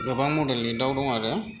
गोबां मदेल नि दाउ दं आरो